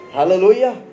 Hallelujah